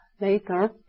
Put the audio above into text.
later